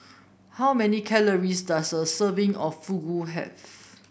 how many calories does a serving of Fugu have